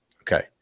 Okay